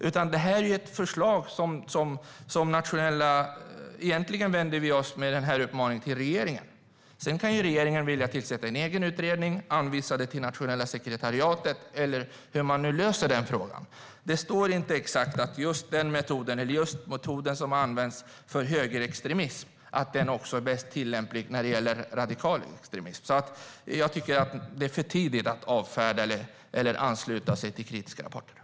Med den här uppmaningen vänder vi oss egentligen till regeringen. Regeringen kan välja att tillsätta en egen utredning, att anvisa det till nationella sekretariatet eller hur de nu löser frågan. Det står inte att exakt den metod som används mot högerextremism också är bäst att tillämpa när det gäller radikal extremism. Det är för tidigt att avfärda eller ansluta sig till kritiska rapporter.